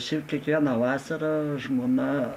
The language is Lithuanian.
šiaip kiekvieną vasarą žmona